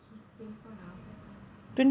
he's twenty four now